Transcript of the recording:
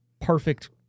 perfect